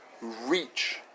reach